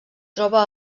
troba